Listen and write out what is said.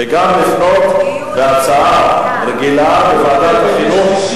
וגם לפנות בהצעה רגילה בוועדת החינוך.